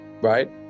right